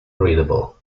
readable